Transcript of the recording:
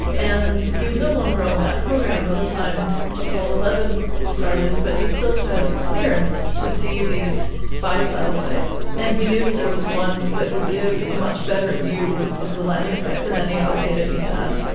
and he was no longer on um that program by the time apollo eleven started but he still had clearance to see these spy satellites, and he knew that there was one that would give a much better view of the landing site than any other data he had.